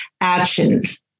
actions